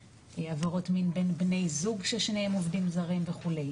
עבירות מין בין בני זוג ששניהם עובדים זרים וכו'.